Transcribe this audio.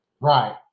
Right